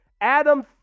Adam